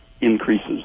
increases